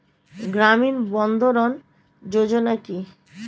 গ্রামীণ বন্ধরন যোজনা কি?